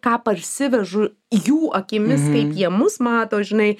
ką parsivežu jų akimis kaip jie mus mato žinai